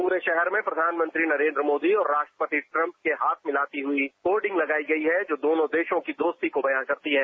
पूरे शहर में प्रधानमंत्री नरेन्द्र मोदी और राष्ट्रपति ट्रंप के हाथ मिलाती हुई होडिंग लगाई गई हैं जो दोनो देशो की दोस्ती को बया करती हैं